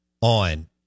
on